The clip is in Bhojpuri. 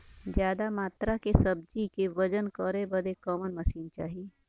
ज्यादा मात्रा के सब्जी के वजन करे बदे कवन मशीन चाही?